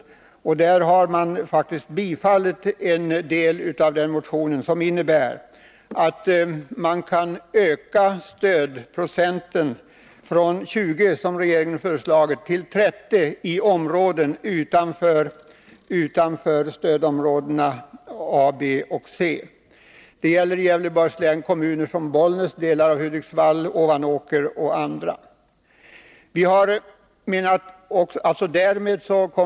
Utskottet ställer sig faktiskt bakom det förslag i motionen som innebär att stödprocenten kan öka från 20, som regeringen föreslagit, till 30 i områden utanför stödområdena A, B och C. Det gäller Bollnäs, delar av Hudviksvall, Ovanåker och några andra kommuner i Gävleborgs län.